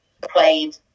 played